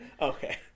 Okay